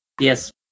Yes